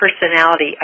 personality